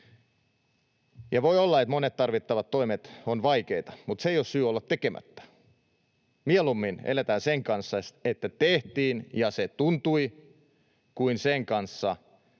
Voi olla, että monet tarvittavat toimet ovat vaikeita, mutta se ei ole syy olla tekemättä niitä. Mieluummin eletään sen kanssa, että tehtiin ja se tuntui, kuin sen kanssa,